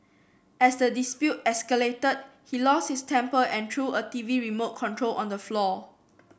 as the dispute escalated he lost his temper and threw a TV remote control on the floor